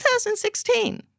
2016